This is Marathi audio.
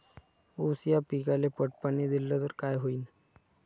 ऊस या पिकाले पट पाणी देल्ल तर काय होईन?